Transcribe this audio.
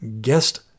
guest